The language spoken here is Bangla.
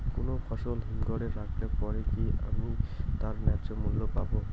কোনো ফসল হিমঘর এ রাখলে পরে কি আমি তার ন্যায্য মূল্য পাব?